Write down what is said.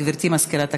גברתי מזכירת הכנסת,